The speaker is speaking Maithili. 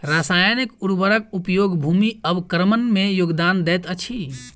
रासायनिक उर्वरक उपयोग भूमि अवक्रमण में योगदान दैत अछि